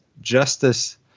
justice